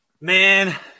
man